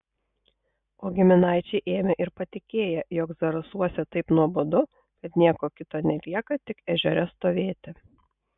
o giminaičiai ėmę ir patikėję jog zarasuose taip nuobodu kad nieko kito nelieka tik ežere stovėti